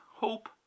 hope